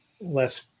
less